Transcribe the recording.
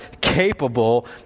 capable